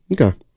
Okay